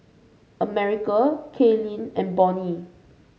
America Kailyn and Bonnie